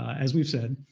as we've said.